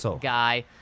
guy